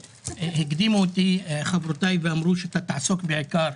הקדימו אותי חברותיי ואמרו שאתה תעסוק בעיקר,